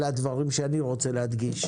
אלה הדברים שאני רוצה להדגיש.